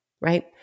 right